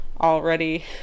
already